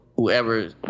whoever